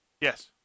Yes